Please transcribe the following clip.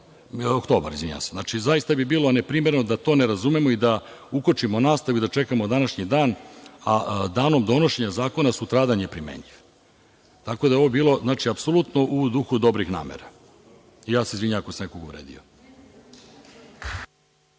oktobar, izvinjavam se. Zaista, bi bilo neprimereno da to ne razumemo i da ukočimo nastavu i da čekamo današnji dan, a danom donošenja zakona sutradan je primenljiv. Tako da je ovo bilo apsolutno u duhu dobrih namera. I, ja se izvinjavam ako sam nekoga uvredio.